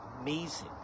Amazing